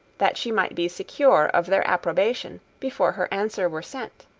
that she might be secure of their approbation before her answer were sent.